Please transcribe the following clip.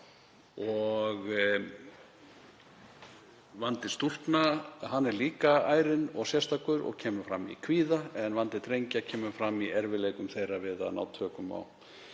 Vandi stúlkna er líka ærinn og sérstakur og kemur fram í kvíða en vandi drengja kemur fram í erfiðleikum þeirra við að ná tökum á